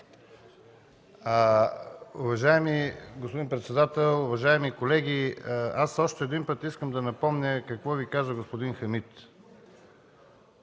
Уважаеми господин председател, уважаеми колеги! Още един път искам да напомня какво Ви каза господин Хамид.